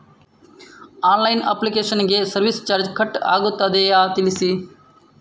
Online application ಗೆ service charge cut ಆಗುತ್ತದೆಯಾ ತಿಳಿಸಿ?